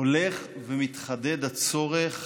הולך ומתחדד הצורך